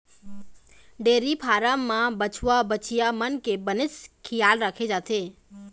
dairy farm म बछवा, बछिया मन के बनेच खियाल राखे जाथे